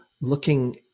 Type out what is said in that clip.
looking